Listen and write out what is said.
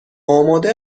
آمده